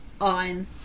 on